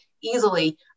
easily